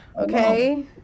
Okay